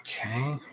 Okay